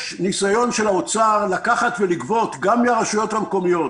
ארנונה יש ניסיון של משרד האוצר לגבות גם מן הרשויות המקומיות.